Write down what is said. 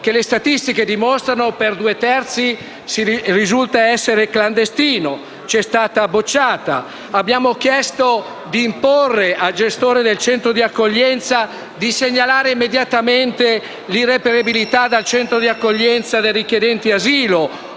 che le statistiche dimostrano che, per due terzi, risulta essere clandestino: richiesta bocciata. Abbiamo chiesto di imporre al gestore del centro di accoglienza di segnalare immediatamente l'irreperibilità del richiedente asilo